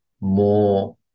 more